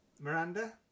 Miranda